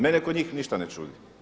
Mene kod njih ništa ne čudi.